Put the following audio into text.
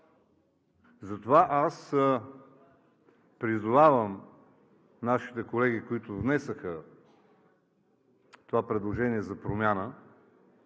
нещо. Аз призовавам нашите колеги, които внесоха това предложение за промяна,